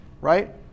Right